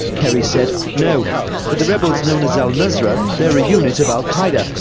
kerry said, no. but the rebels known as al nusra, they're a unit of al qaeda.